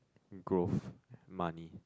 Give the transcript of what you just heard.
growth money